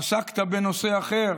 עסקת בנושא אחר.